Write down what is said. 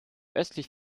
östlich